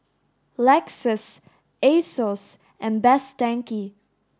Lexus Asos and Best Denki